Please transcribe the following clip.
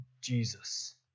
Jesus